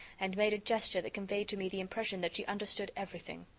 and made a gesture that conveyed to me the impression that she understood everything.